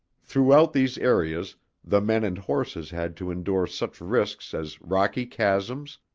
throughout these areas the men and horses had to endure such risks as rocky chasms,